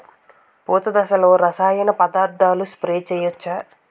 పూత దశలో రసాయన పదార్థాలు స్ప్రే చేయచ్చ?